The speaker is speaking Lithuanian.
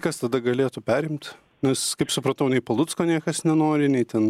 kas tada galėtų perimt nes kaip supratau nei palucko niekas nenori nei ten